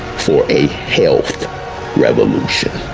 for a health revolution.